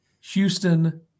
Houston